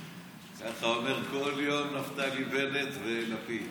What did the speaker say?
ככה אומרים כל יום נפתלי בנט ולפיד.